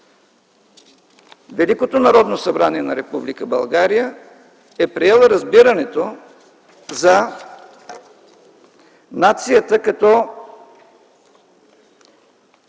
Великото Народно събрание на Република България е приело разбирането за нацията като